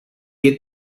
get